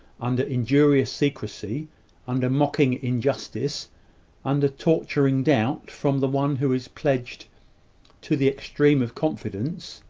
under injurious secrecy under mocking injustice under torturing doubt from the one who is pledged to the extreme of confidence?